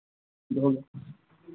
बोलो